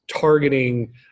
targeting